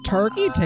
Turkey